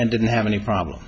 and didn't have any problem